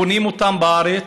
קונים אותם בארץ,